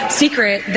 secret